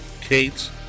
Kate